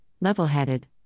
level-headed